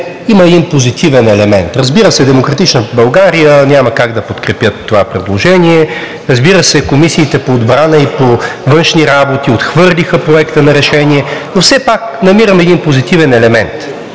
има един позитивен елемент и разбира се, „Демократична България“ няма как да подкрепят това предложение. Комисиите по отбрана и по външни работи отхвърлиха Проекта на решение, но все пак намирам един позитивен елемент.